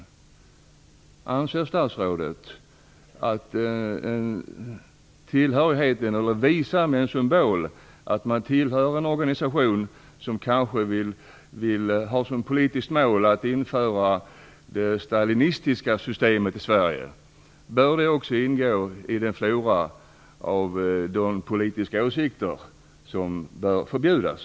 Vad anser statsrådet om att man med en symbol visar att man tillhör en organisation som kanske har som politiskt mål att införa det stalinistiska systemet i Sverige? Bör det också ingå i den flora av politiska åsikter som bör förbjudas?